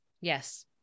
Yes